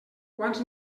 quants